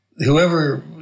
Whoever